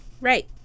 Right